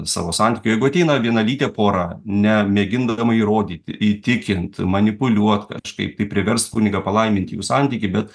savo santykių jeigu ateina vienalytė pora nemėgindama įrodyti įtikint manipuliuot kažkaip tai priverst kunigą palaiminti jų santykį bet